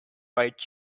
white